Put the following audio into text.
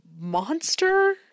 monster